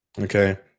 okay